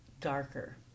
Darker